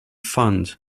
fund